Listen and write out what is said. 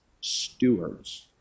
stewards